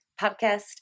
Podcast